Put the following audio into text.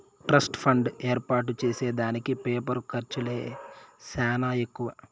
trust fund ఏర్పాటు చేసే దానికి పేపరు ఖర్చులే సానా ఎక్కువ